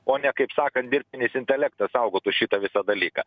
o ne kaip sakant dirbtinis intelektas saugotų šitą visą dalyką